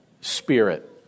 Spirit